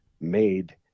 made